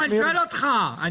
אני שואל אותך.